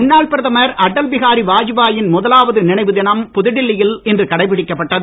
முன்னாள் பிரதமர் அடல் பிஹாரி வாஜ்பாயின் முதலாவது நினைவு தினம் புதுடெல்லியில் இன்று கடைபிடிக்கப்பட்டது